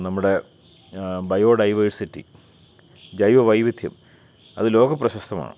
നമ്മുടെ ബയോഡൈവേഴ്സിറ്റി ജൈവവൈവിദ്യം അത് ലോകപ്രശസ്തമാണ്